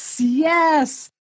yes